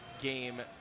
game